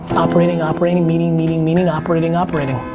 operating, operating, meeting, meeting, meeting, operating, operating.